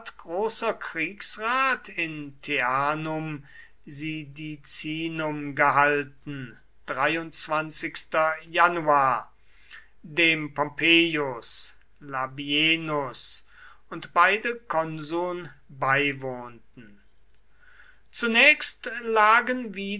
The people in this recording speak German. großer kriegsrat in teanum sidicinum gehalten dem pompeius labienus und beide konsuln beiwohnten zunächst lagen wieder